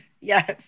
Yes